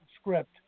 script